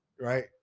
Right